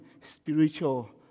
spiritual